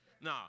No